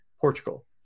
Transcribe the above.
Portugal